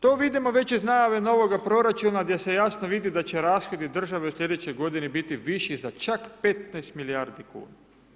To vidimo već iz najave novoga proračuna gdje se jasno vidi da će rashodi države u slijedećoj godini biti viši za čak 15 milijardi kuna.